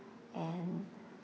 and